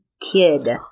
kid